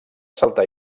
saltar